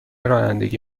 رانندگی